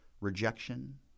rejection